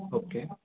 okay